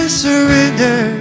surrender